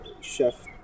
Chef